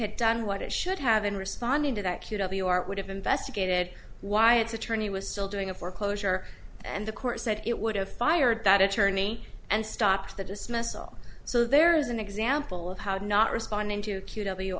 had done what it should have been responding to that would have investigated why its attorney was still doing a foreclosure and the court said it would have fired that attorney and stopped the dismissal so there is an example of how not responding to